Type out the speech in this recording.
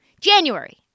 January